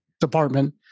department